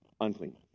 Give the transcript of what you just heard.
unclean